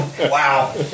Wow